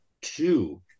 Two